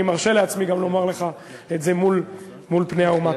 ואני מרשה לעצמי גם לומר לך את זה אל מול פני האומה.